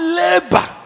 labor